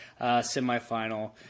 semifinal